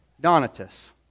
Donatus